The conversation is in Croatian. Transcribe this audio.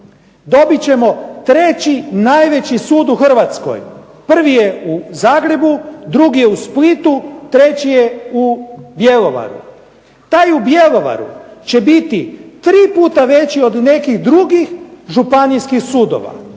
Dobit ćemo treći najveći sud u Hrvatskoj. Prvi je u Zagrebu, drugi je u Splitu, treći je u Bjelovaru. Taj u Bjelovaru će biti 3 puta veći od nekih drugih županijskih sudova.